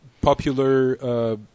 popular